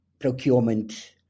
procurement